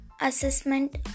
assessment